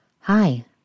Hi